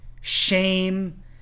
shame